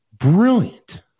Brilliant